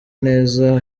neza